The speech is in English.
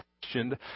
questioned